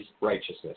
righteousness